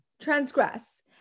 transgress